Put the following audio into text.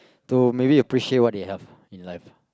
to maybe appreciate what they have in life lah